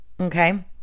okay